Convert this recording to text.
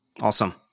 Awesome